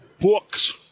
books